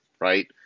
right